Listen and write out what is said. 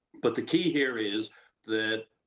but. the key here is that,